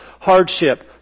hardship